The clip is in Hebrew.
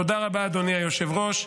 תודה רבה, אדוני היושב-ראש.